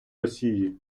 росії